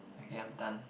okay I'm done